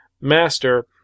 master